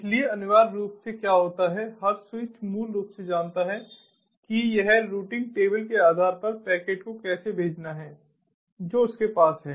इसलिए अनिवार्य रूप से क्या होता है हर स्विच मूल रूप से जानता है कि यह रूटिंग टेबल के आधार पर पैकेट को कैसे भेजना है जो उसके पास है